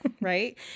Right